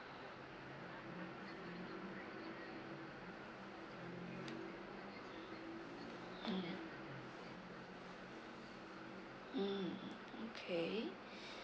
mm mm okay